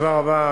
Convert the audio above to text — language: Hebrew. תודה.